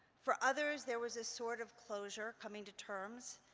for others, there was a, sort of, closure, coming to terms.